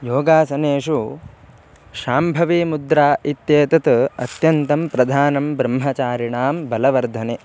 योगासनेषु शाम्भवीमुद्रा इत्येतत् अत्यन्तं प्रधानं ब्रह्मचारिणां बलवर्धने